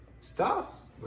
Stop